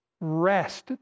rest